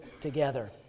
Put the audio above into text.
together